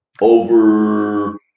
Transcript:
over